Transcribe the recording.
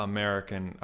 American